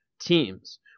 teams